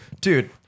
dude